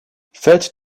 fête